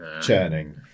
churning